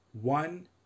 one